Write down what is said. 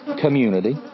community